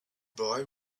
boy